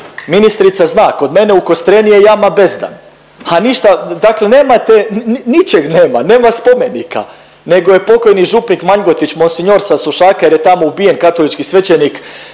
ministrica zna kod mene u Kostreni je Jama Bezdan, ha ništa dakle nemate ničeg nema, nama spomenika nego je pokojni župnik Manjgotić monsinjor sa Sušaka jer je tamo ubijen katolički svećenik